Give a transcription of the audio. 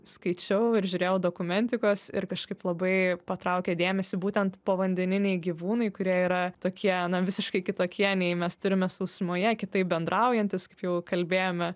skaičiau ir žiūrėjau dokumentikos ir kažkaip labai patraukė dėmesį būtent povandeniniai gyvūnai kurie yra tokie na visiškai kitokie nei mes turime sausumoje kitaip bendraujantys kaip jau kalbėjome